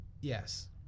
Yes